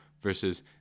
versus